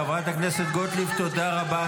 חברת הכנסת גוטליב, תודה רבה.